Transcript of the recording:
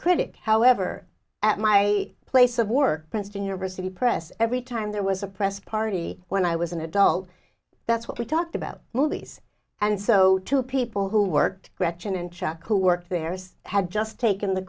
critic however at my place of work princeton university press every time there was a press party when i was an adult that's what we talked about movies and so to people who worked gretchen and chuck who worked there is had just taken the